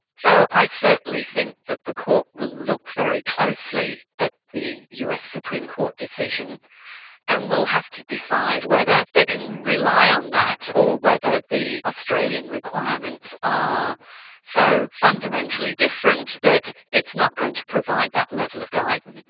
so i certainly think that the court will look very closely at the us supreme court decision and will have to decide whether they can rely on that or whether the australian requirements are so fundamentally different that it is not going to provide that level of guidance.